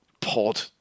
pod